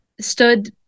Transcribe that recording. stood